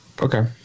Okay